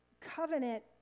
Covenant